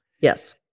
Yes